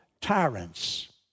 tyrants